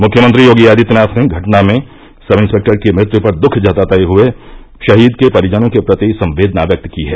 मुख्यमंत्री योगी आदित्यनाथ ने घटना में सब इंस्टपेक्टर की मृत्यु पर दुःख जताते हुए शहीद के परिजनों के प्रति संवेदना व्यक्त की है